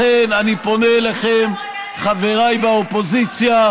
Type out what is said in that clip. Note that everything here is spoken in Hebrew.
לכן אני פונה אליכם, חבריי באופוזיציה.